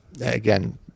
again